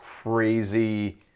Crazy